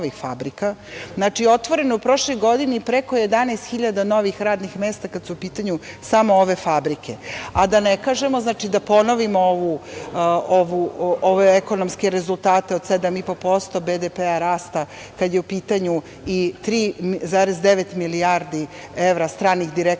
fabrika. Otvoreno je u prošloj godini preko 11.000 novih radnih mesta kad su u pitanju samo ove fabrike, a da ne kažemo, znači, da ponovimo ove ekonomske rezultate od 7,5% BDP rasta, kada je u pitanju i 3,9 milijardi evra stranih direktnih